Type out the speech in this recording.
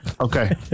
Okay